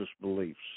beliefs